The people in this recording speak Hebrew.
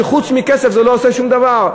שחוץ מכסף זה לא עושה שום דבר.